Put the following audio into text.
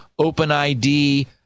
OpenID